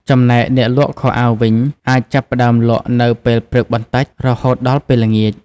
ចំណែកអ្នកលក់ខោអាវវិញអាចចាប់ផ្តើមលក់នៅពេលព្រឹកបន្តិច រហូតដល់ពេលល្ងាច។